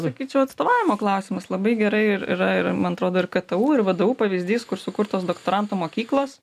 sakyčiau atstovavimo klausimas labai gerai ir yra ir man atrodo ir ktu ir vdu pavyzdys kur sukurtos doktorantų mokyklos